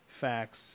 facts